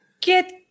Get